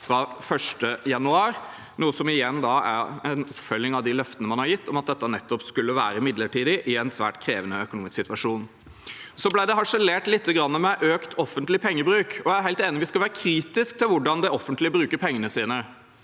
fra 1. januar, noe som igjen er en oppfølging av løftene man har gitt om at dette nettopp skulle være midlertidig i en svært krevende økonomisk situasjon. Så ble det harselert lite grann med økt offentlig pengebruk. Jeg er helt enig i at vi skal være kritisk til hvordan det offentlige bruker pengene sine,